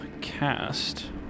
cast